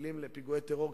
שפיגועי הטרור,